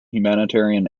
humanitarian